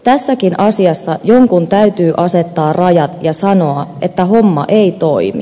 tässäkin asiassa jonkun täytyy asettaa rajat ja sanoa että homma ei toimi